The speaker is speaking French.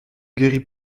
guérit